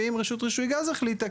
ואם רשות רישוי גז החליטה,